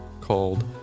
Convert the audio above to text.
called